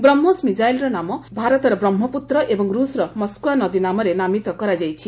ବ୍ରହ୍କୋସ୍ ମିଶାଇଲର ନାମ ଭାରତର ବ୍ରହ୍କପୁତ୍ର ଏବଂ ଋଷର ମସ୍କଓ୍ୱା ନଦୀ ନାମରେ ନାମିତ କରାଯାଇଛି